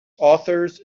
authors